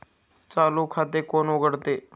चालू खाते कोण उघडतं?